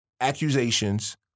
accusations